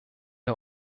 der